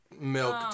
Milk